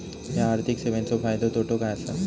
हया आर्थिक सेवेंचो फायदो तोटो काय आसा?